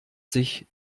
sich